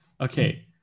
Okay